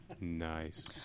Nice